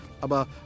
Aber